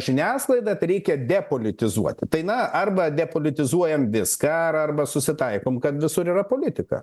žiniasklaidą tai reikia depolitizuoti tai na arba depolitizuojam viską ar arba susitaikom kad visur yra politika